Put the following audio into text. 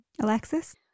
alexis